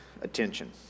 Attention